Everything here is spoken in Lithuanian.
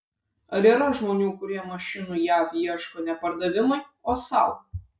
ar yra žmonių kurie mašinų jav ieško ne pardavimui o sau